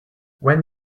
when